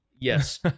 Yes